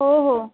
हो हो